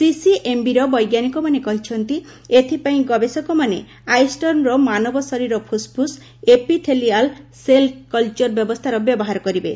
ସିସିଏମ୍ବିର ବୈଜ୍ଞାନିକମାନେ କହିଛନ୍ତି ଏଥିପାଇଁ ଗବେଷକମାନେ ଆଇଷ୍ଟର୍ମର ମାନବ ଶରୀର ଫୁସ୍ଫୁସ୍ ଏପିଥେଲିଆଲ୍ ସେଲ୍ କଲ୍ଚର ବ୍ୟବସ୍ଥାର ବ୍ୟବହାର କରିବେ